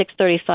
635